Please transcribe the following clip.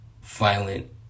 violent